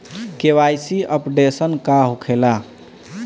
KYC updation का होखेला?